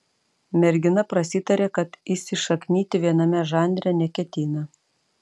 mergina prasitarė kad įsišaknyti viename žanre neketina